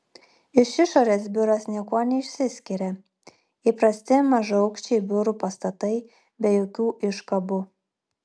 iš išorės biuras niekuo neišsiskiria įprasti mažaaukščiai biurų pastatai be jokių iškabų